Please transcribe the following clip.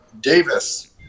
Davis